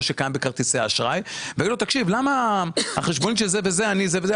שקיים בכרטיסי אשראי ולשאול לגבי החשבונית הזאת והזאת.